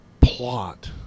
plot